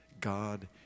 God